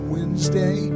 Wednesday